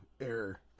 error